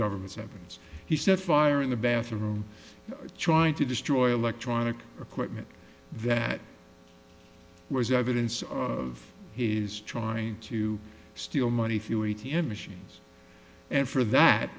government heavens he set fire in the bathroom trying to destroy electronic equipment that was evidence of his trying to steal money few a t m machines and for that